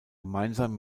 gemeinsam